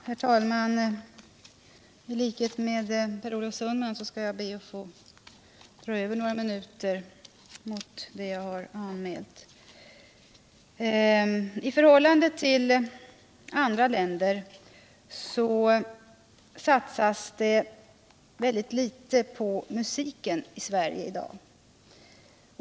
Herr talman! I likhet med Per Olof Sundman skall jag be att få tala några minuter längre än den tid jag har anmält. I förhållande till andra länder satsas det årligen litet på musiken i Sverige i dag.